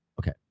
Okay